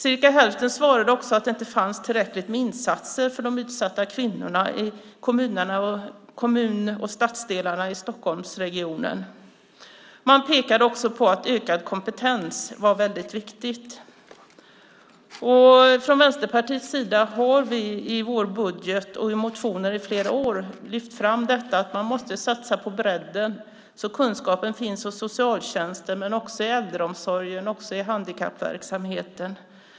Cirka hälften svarade också att det inte finns tillräckligt med insatser för de utsatta kvinnorna i kommun och stadsdelarna i Stockholmsregionen. Man pekade också på att ökad kompetens är väldigt viktigt. Från Vänsterpartiets sida har vi i vår budget och i motioner i flera år lyft fram detta att man måste satsa på bredden, så att kunskapen finns hos socialtjänsten men också i äldreomsorgen och handikappverksamheten.